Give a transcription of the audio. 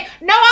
no